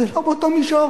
זה לא באותו מישור.